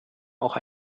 auch